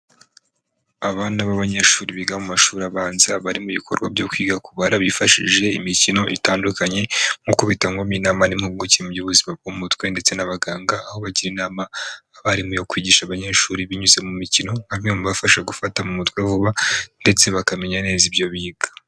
Abana b'abanyeshuri biga mu mashuri abanza, bari mu bikorwa byo kwiga kubara bifashishije imikino itandukanye, nk'uko bitangwamo inama n'impuguke mu by'ubuzima bwo mu mutwe, ndetse n'abaganga. Aho bagira inama abarimu yo kwigisha abanyeshuri, binyuze mu mikino nka bimwe mu bibafasha gufata mu mutwe vuba, ndetse bakamenya neza ibyo biga.